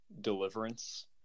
deliverance